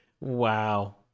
Wow